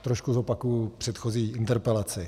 Trošku zopakuji předchozí interpelaci.